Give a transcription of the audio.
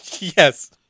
Yes